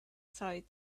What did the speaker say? side